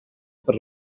per